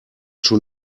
schon